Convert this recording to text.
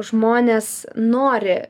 žmonės nori